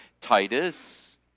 Titus